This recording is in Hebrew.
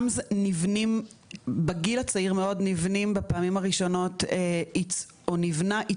כי בגיל הצעיר מאוד נבנים בפעמים הראשונות עיצוב